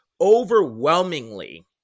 overwhelmingly